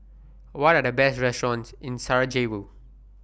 What Are The Best restaurants in Sarajevo